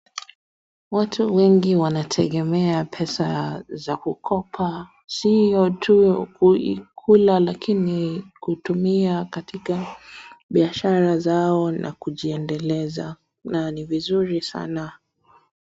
Watu wengi wanategemea pesa za kukopa sio tu kui kula lakini kutumia katika biashara zao na kujiendeleza na ni vizuri sana.